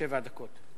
שבע דקות.